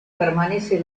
permanece